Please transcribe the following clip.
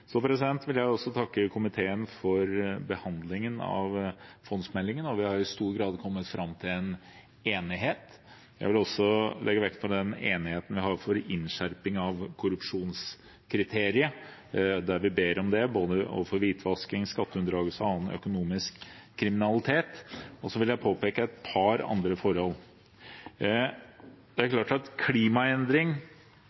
vil også takke komiteen for behandlingen av fondsmeldingen. Vi har i stor grad kommet fram til en enighet. Jeg vil også legge vekt på den enigheten det er for innskjerping av korrupsjonskriteriet der vi ber om det, når det gjelder hvitvasking, skatteundragelse og annen økonomisk kriminalitet. Og så vil jeg påpeke et par andre forhold. Det er